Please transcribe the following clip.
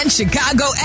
Chicago